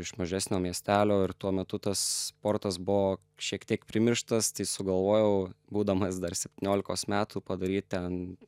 iš mažesnio miestelio ir tuo metu tas sportas buvo šiek tiek primirštas tai sugalvojau būdamas dar septyniolikos metų padaryt ten